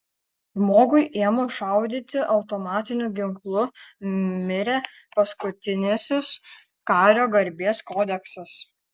žmogui ėmus šaudyti automatiniu ginklu mirė paskutinysis kario garbės kodeksas